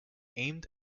aimed